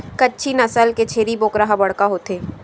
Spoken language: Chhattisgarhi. कच्छी नसल के छेरी बोकरा ह बड़का होथे